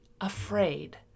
afraid